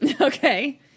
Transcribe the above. Okay